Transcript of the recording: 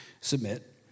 submit